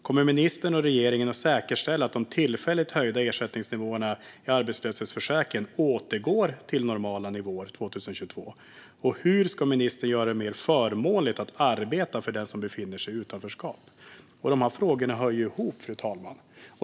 Kommer ministern och regeringen att säkerställa att de tillfälligt höjda ersättningsnivåerna i arbetslöshetsförsäkringen återgår till normala nivåer 2022? Hur ska ministern göra det mer förmånligt att arbeta för den som befinner sig i utanförskap? De här frågorna hör ihop, fru talman.